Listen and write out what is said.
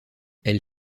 elle